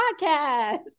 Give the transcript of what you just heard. podcast